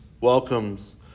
welcomes